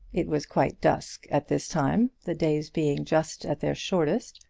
it was quite dusk at this time, the days being just at their shortest,